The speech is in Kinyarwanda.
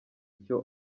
icyo